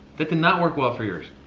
that did not work well for yours.